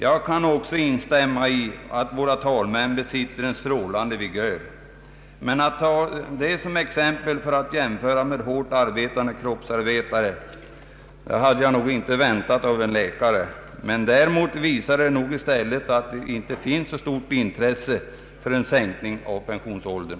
Jag kan också instämma i att våra talmän är vid strålande vigör, men att ta dem som exempel att jämföras med våra hårt arbetande kroppsarbetare, det hade jag inte väntat mig av en läkare. Detta visar bara att det nog inte finns så stort intresse från det hållet för en sänkning av pensionsåldern.